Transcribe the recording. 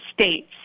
states